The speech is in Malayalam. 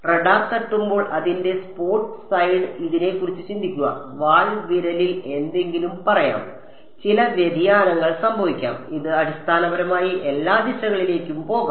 റഡാർ തട്ടുമ്പോൾ അതിന്റെ സ്പോട്ട് സൈസ് ഇതിനെക്കുറിച്ച് ചിന്തിക്കുക വാൽ വിരലിൽ എന്തെങ്കിലും പറയാം ചില വ്യതിയാനങ്ങൾ സംഭവിക്കാം അത് അടിസ്ഥാനപരമായി എല്ലാ ദിശകളിലേക്കും പോകാം